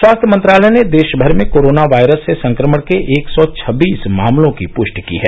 स्वास्थ्य मंत्रालय ने देश भर में कोरोना वायरस से संक्रमण के एक सौ छब्बीस मामलों की पुष्टि की है